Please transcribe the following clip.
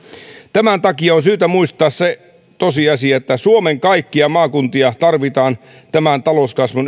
tämän takia on syytä muistaa se tosiasia että suomen kaikkia maakuntia tarvitaan tämän talouskasvun